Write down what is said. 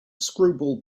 screwball